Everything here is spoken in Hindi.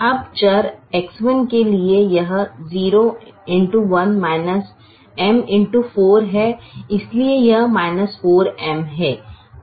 अब चर X1 के लिए यह 0 x 1 M x 4 है इसलिए यह 4M है